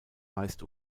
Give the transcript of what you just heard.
meist